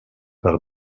par